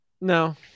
no